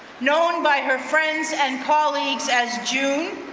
known by her friends and colleagues as jun,